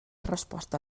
resposta